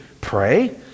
pray